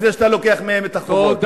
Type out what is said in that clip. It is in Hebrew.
לפני שאתה לוקח מהם את החובה.